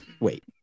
Wait